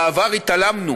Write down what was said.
בעבר התעלמנו